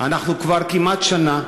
אנחנו כבר כמעט שנה,